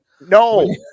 no